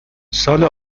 سال